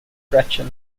gretchen